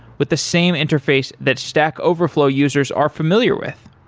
with the same interface that stack overflow users are familiar with.